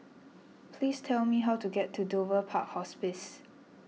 please tell me how to get to Dover Park Hospice